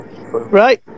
right